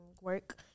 work